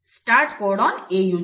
start codon AUG